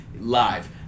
live